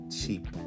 cheap